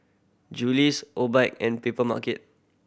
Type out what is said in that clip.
Julie's Obike and Papermarket